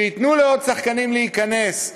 שייתנו לעוד שחקנים להיכנס.